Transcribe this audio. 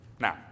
Now